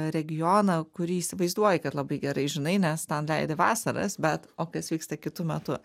regioną kurį įsivaizduoji kad labai gerai žinai nes ten leidi vasaras bet o kas vyksta kitu metu